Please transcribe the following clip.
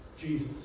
Jesus